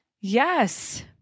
yes